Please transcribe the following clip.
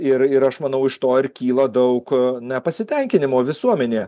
ir ir aš manau iš to ir kyla daug nepasitenkinimo visuomenėje